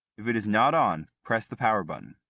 if it is not on, press the power button.